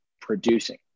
producing